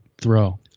throw